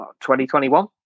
2021